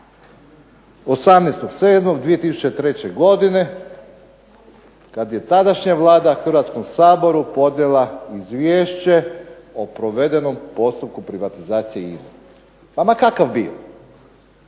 18.7.2003. godine kada je tadašnja Vlada Hrvatskom saboru podnijela izvješće o provedenom postupku privatizacije INA-e pa ma kakav bio